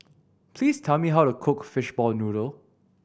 please tell me how to cook fishball noodle